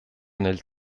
nel